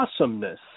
awesomeness